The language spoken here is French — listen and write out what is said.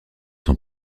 son